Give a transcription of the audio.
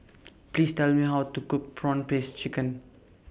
Please Tell Me How to Cook Prawn Paste Chicken